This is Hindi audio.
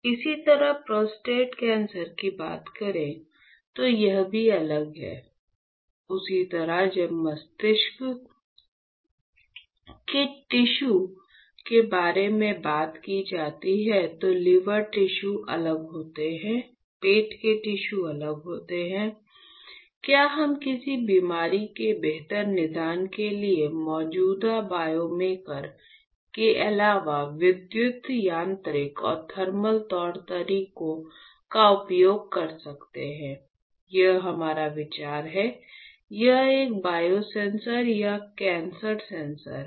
इसी तरह प्रोस्टेट कैंसर की बात करें तो यह भी अलग है उसी तरह जब मस्तिष्क के टिश्यू के बारे में बात की जाती है तो लिवर टिश्यू अलग होते है पेट के टिश्यू अलग होते हैं क्या हम किसी बीमारी के बेहतर निदान के लिए मौजूदा बायोमार्कर के अलावा विद्युत यांत्रिक और थर्मल तौर तरीकों का उपयोग कर सकते हैं यह हमारा विचार है यह एक बायोसेंसर या कैंसर सेंसर है